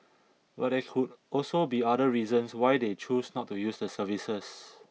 but there could also be other reasons why they choose not to use the services